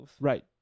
Right